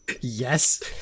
Yes